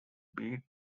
bead